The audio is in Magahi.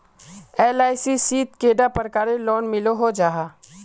एल.आई.सी शित कैडा प्रकारेर लोन मिलोहो जाहा?